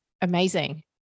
Amazing